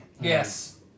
Yes